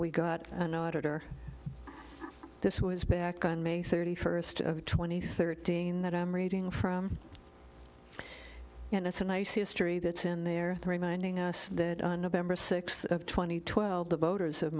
we got an auditor this was back on may thirty first of twenty thirteen that i'm reading from and it's a nice history that's in there three minding us that on november sixth of two thousand and twelve the voters